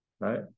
right